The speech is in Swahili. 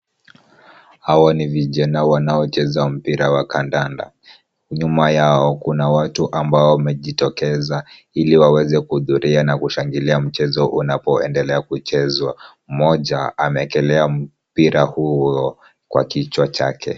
Hawa ni vijana wanaocheza mpira wa kandanda. Nyuma yao kuna watu ambao wamejitokeza ili waweze kuhudhuria na kushangilia mchezo unapoendelea kuchezwa. Mmoja amewekelea mpira huo kwa kichwa chake.